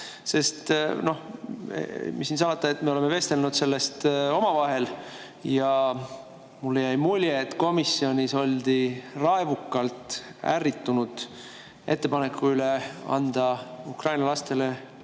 edenes. Mis siin salata, me oleme vestelnud sellest omavahel ja mulle jäi mulje, et komisjonis oldi raevukalt ärritunud ettepaneku peale anda Ukraina lastele